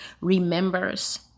remembers